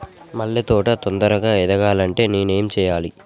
మల్లె తోట తొందరగా ఎదగాలి అంటే నేను ఏం చేయాలి?